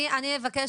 אני אבקש